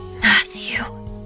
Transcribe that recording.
matthew